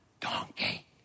donkey